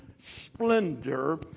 splendor